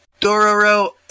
Dororo